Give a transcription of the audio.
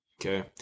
Okay